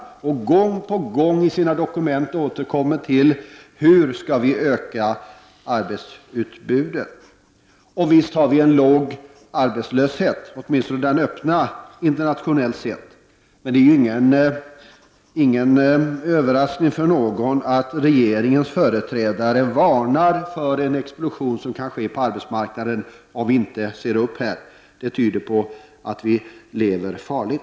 Gång på gång återkommer man i sina dokument till frågan om hur arbetsutbudet skall kunna ökas. Visst har vi i detta land en låg arbetslöshet. Åtminstone är den öppna arbetslösheten låg internationellt sett. Men det är ingen överraskning för någon att regeringens företrädare varnar för en explosion som kan ske på arbetsmarknaden om vi inte ser upp. Det tyder på att vi lever farligt.